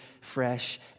fresh